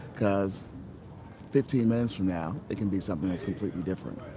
cause fifteen minutes from now, it can be something that's completely different.